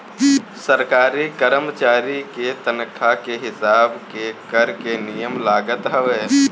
सरकारी करमचारी के तनखा के हिसाब के कर के नियम लागत हवे